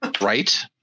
right